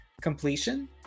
completion